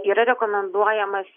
yra rekomenduojamas